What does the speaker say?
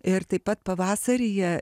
ir taip pat pavasaryje